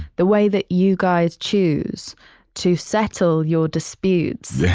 the way that you guys choose to settle your disputes,